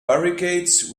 barricades